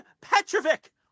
petrovic